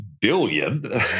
billion